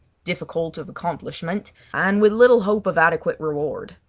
difficult of accomplishment, and with little hope of adequate reward.